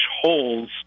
holes